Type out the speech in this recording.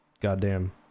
goddamn